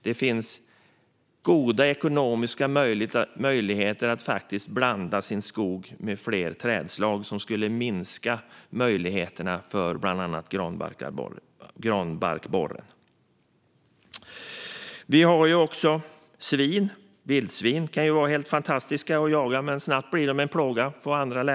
Det finns faktiskt goda ekonomiska möjligheter att blanda sin skog med fler trädslag, vilket skulle minska möjligheterna till angrepp från bland andra granbarkborren. Vi har också vildsvin som kan vara helt fantastiska att jaga. Men snabbt blir de en plåga.